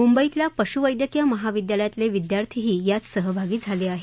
मुंबईतल्या पशुवैद्यकीय महाविद्यालयातले विद्यार्थीही यात सहभागी झाले आहेत